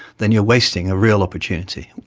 then you are wasting a real opportunity.